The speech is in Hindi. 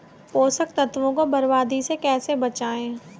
पोषक तत्वों को बर्बादी से कैसे बचाएं?